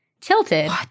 tilted